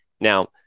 Now